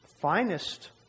finest